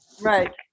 Right